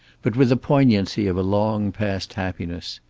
but with the poignancy of a long past happiness.